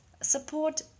Support